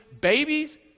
babies